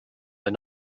but